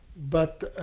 but